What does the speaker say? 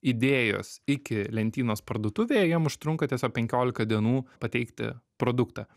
idėjos iki lentynos parduotuvėje jiem užtrunka tiesiog penkiolika dienų pateikti produktą